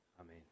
Amen